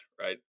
right